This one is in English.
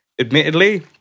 admittedly